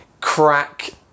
crack